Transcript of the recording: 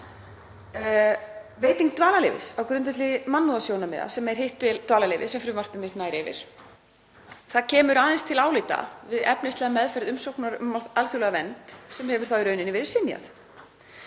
Veiting dvalarleyfis á grundvelli mannúðarsjónarmiða, sem er hitt dvalarleyfið sem frumvarp mitt nær yfir, kemur aðeins til álita við efnislega meðferð umsóknar um alþjóðlega vernd sem hefur þá í rauninni verið synjað.